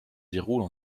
déroulent